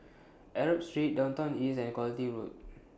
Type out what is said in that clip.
Arab Street Downtown East and Quality Road